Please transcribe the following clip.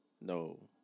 no